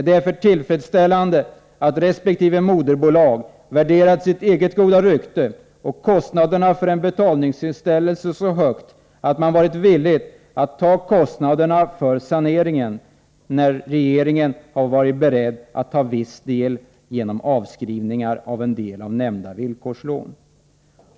Det är tillfredsställande att resp. moderbolag värderat sitt eget goda rykte och kostnaderna för en betalningsinställelse så högt att man varit villig att ta konstnaderna för saneringen, när regeringen varit beredd att ta viss del genom avskrivningar av en del av nämnda villkorslån.